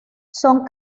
son